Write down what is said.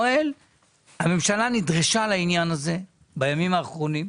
הממשלה נדרשה לעניין הזה בימים האחרונים,